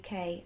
UK